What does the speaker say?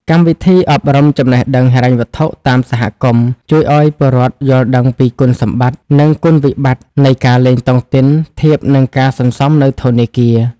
កម្មវិធីអប់រំចំណេះដឹងហិរញ្ញវត្ថុតាមសហគមន៍ ជួយឱ្យពលរដ្ឋយល់ដឹងពីគុណសម្បត្តិ និងគុណវិបត្តិនៃការលេងតុងទីនធៀបនឹងការសន្សំនៅធនាគារ។